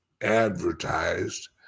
advertised